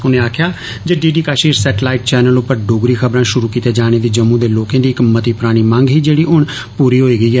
उनें आक्खेआ जे D D Kashir satellite channel उप्पर डोगरी खबरां शुरू कीते जाने दी जम्मू दे लोकें दी इक मती पुरानी मंग ही जेहड़ी हुन पूरी होई गेई ऐ